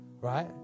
Right